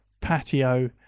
patio